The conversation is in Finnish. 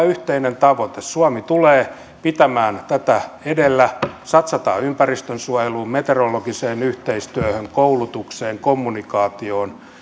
yhteinen tavoitteemme suomi tulee pitämään tätä esillä satsataan ympäristönsuojeluun meteorologiseen yhteistyöhön koulutukseen kommunikaatioon